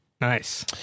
Nice